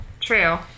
true